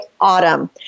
autumn